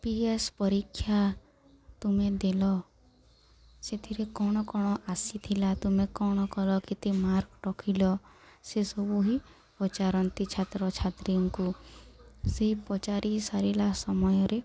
UPS ପରୀକ୍ଷା ତୁମେ ଦେଲ ସେଥିରେ କଣ କଣ ଆସିଥିଲା ତୁମେ କଣ କଲ କେତେ ମାର୍କ ରଖିଲ ସେସବୁ ହିଁ ପଚାରନ୍ତି ଛାତ୍ରଛାତ୍ରୀଙ୍କୁ ସେଇ ପଚାରି ସାରିଲା ସମୟରେ